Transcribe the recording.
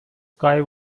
sky